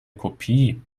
kopie